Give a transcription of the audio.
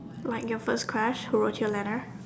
like your first crush who wrote you a letter